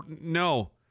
No